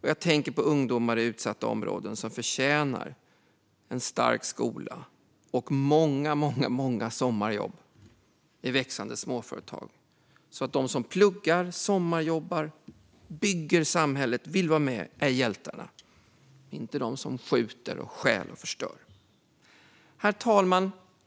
Jag tänker på ungdomar i utsatta områden som förtjänar en stark skola och många sommarjobb i växande småföretag så att de som pluggar, sommarjobbar och vill vara med och bygga samhället är hjältarna, inte de som skjuter, stjäl och förstör. Herr talman!